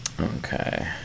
Okay